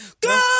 Go